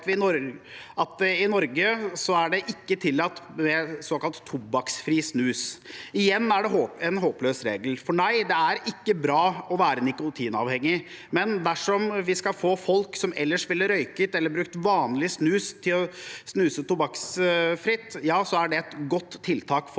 i Norge ikke er tillatt med såkalt tobakksfri snus. Igjen er det en håpløs regel, for nei, det er ikke bra å være nikotinavhengig, men dersom vi skal få folk som ellers ville røkt eller brukt vanlig snus, til å snuse tobakksfritt, er det et godt tiltak for